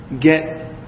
get